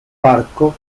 parco